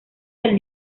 del